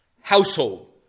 Household